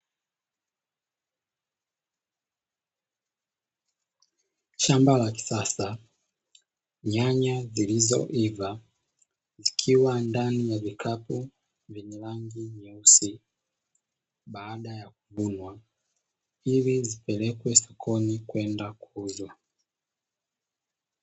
Shamba la kisasa, nyanya zilizoiva zikiwa ndani ya vikapu vyenye rangi nyeusi baada ya kuvunwa. Ili zipelekwe sokoni kwenda kuuzwa.